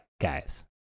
guys